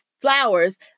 flowers